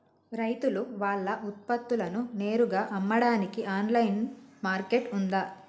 రైతులు వాళ్ల ఉత్పత్తులను నేరుగా అమ్మడానికి ఆన్లైన్ మార్కెట్ ఉందా?